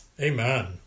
Amen